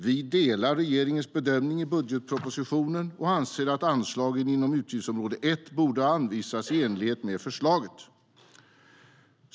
Vi delar regeringens bedömning i budgetpropositionen och anser att anslagen inom utgiftsområde 1 borde anvisas i enlighet med förslaget.